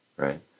Right